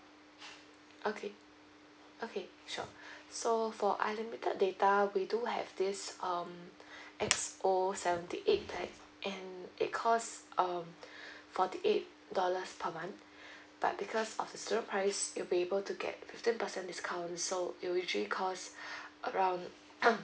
okay okay sure so for unlimited data we do have this um X_O seventy eight plan and it cost um forty eight dollars per month but because of the student price you will be able to get a fifteen percent discount so it usually cost around